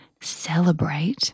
celebrate